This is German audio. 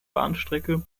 bahnstrecke